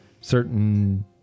certain